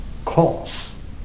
cause